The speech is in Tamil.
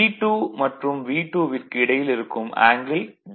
E2 மற்றும் V2 விற்கு இடையில் இருக்கும் ஆங்கில் δ